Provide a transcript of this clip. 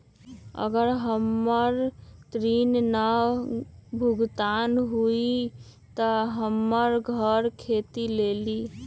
अगर हमर ऋण न भुगतान हुई त हमर घर खेती लेली?